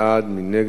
מי נמנע?